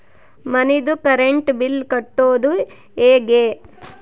ಮನಿದು current bill ಕಟ್ಟೊದು ಹೇಗೆ?